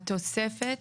התוספת,